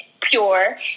pure